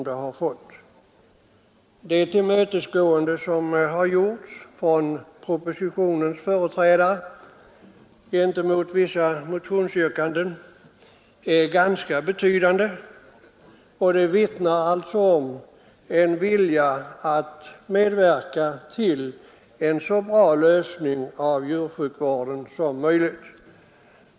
Det tillmötesgående som gjorts från propositionens företrädare gentemot vissa motionsyrkanden är ganska betydande, och det vittnar om en vilja att medverka till en så bra lösning av djursjukvården som möjligt.